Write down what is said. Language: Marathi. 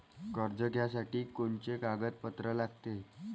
कर्ज घ्यासाठी कोनचे कागदपत्र लागते?